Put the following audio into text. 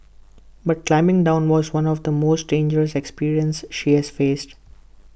but climbing down was one of the most dangerous experience she has faced